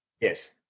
Yes